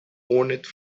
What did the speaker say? ornate